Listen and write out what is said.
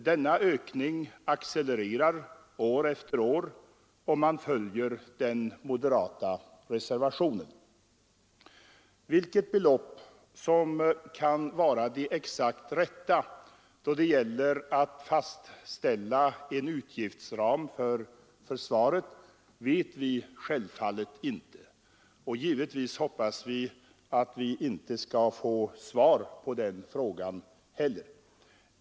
Denna ökning accelererar år efter år om man följer den moderata reservationen. Vilket belopp som kan vara det exakt rätta då det gäller att fastställa en utgiftsram för försvaret vet vi självfallet inte, och givetvis hoppas vi att vi inte skall få svar på den frågan heller.